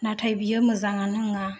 नाथाय बियो मोजाङानो नङा